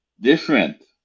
different